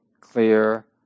clear